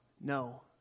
no